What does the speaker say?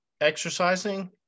exercising